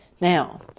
Now